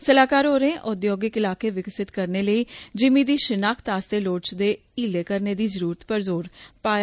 सलाहकार होरें औद्योगिक इलाके विकसित करने लेई ज़िमीं दी शिनाख्त आस्तै लोड़चदे हीले करने दी जरुरतै पर जोर पाया